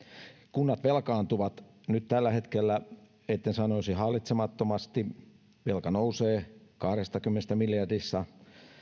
kunnat velkaantuvat tällä hetkellä etten sanoisi hallitsemattomasti velka nousee kahdestakymmenestä miljardista